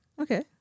Okay